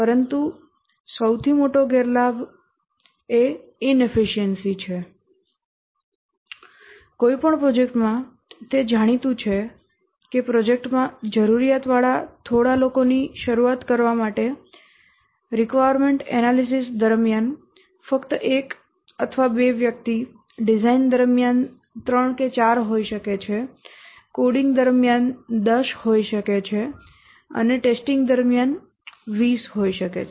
પરંતુ સંભવત સૌથી મોટો ગેરલાભ એ ઇનએફિસિએંસી છે કોઈપણ પ્રોજેક્ટમાં તે જાણીતું છે કે પ્રોજેક્ટમાં જરૂરિયાતવાળા થોડા લોકોની શરૂઆત કરવા માટે આવશ્યકતા વિશ્લેષણ દરમિયાન ફક્ત 1 અથવા 2 વ્યક્તિ ડિઝાઇન દરમિયાન 3 4 હોઈ શકે છે કોડિંગ દરમિયાન 10 હોઈ શકે છે અને પરીક્ષણ દરમિયાન 20 હોઈ શકે છે